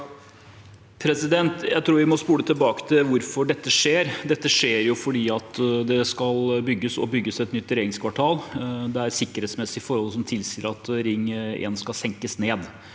Jeg tror vi må spole tilbake til hvorfor dette skjer. Dette skjer fordi det bygges et nytt regjeringskvartal. Det er sikkerhetsmessige forhold som tilsier at Ring 1 skal senkes.